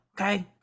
okay